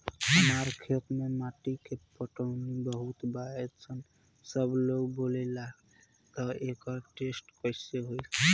हमार खेत के माटी मे पोटासियम बहुत बा ऐसन सबलोग बोलेला त एकर टेस्ट कैसे होई?